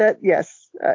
yes